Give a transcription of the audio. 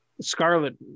Scarlet